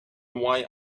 why